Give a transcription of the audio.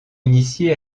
initié